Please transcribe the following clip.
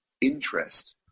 interest